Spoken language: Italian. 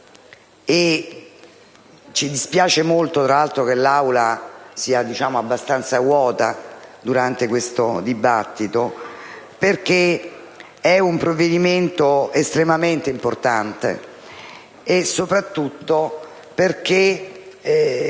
ci dispiace molto che l'Aula sia abbastanza vuota durante questo dibattito, perché il provvedimento in esame è estremamente importante e - soprattutto - perché